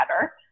better